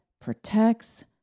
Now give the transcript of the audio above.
protects